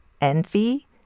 envy